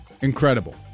Incredible